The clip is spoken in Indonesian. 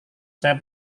saya